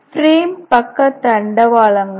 frame பக்க தண்டவாளங்கள்